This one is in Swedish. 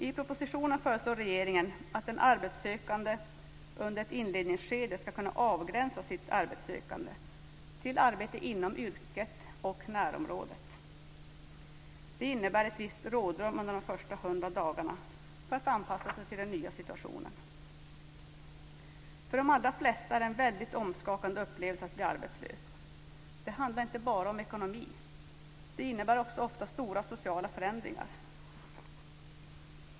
I propositionen föreslår regeringen att den arbetssökande under ett inledningsskede ska kunna avgränsa sitt arbetssökande till arbete inom yrket och närområdet. Det innebär ett visst rådrum under de första 100 dagarna för att anpassa sig till den nya situationen. För de allra flesta är det en omskakande upplevelse att bli arbetslös. Det handlar inte bara om ekonomi - det innebär också ofta stora sociala förändringar.